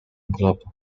globe